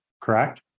correct